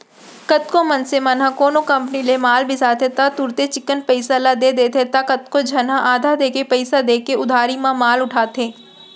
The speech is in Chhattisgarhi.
कतको मनसे मन ह कोनो कंपनी ले माल बिसाथे त तुरते चिक्कन पइसा ल दे देथे त कतको झन ह आधा देके पइसा देके उधारी म माल उठाथे